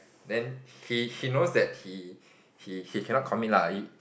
then he he knows that he he he cannot commit lah he